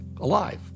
alive